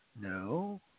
no